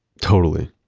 totally.